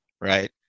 right